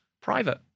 Private